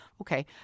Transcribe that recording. Okay